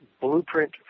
Blueprint